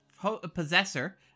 Possessor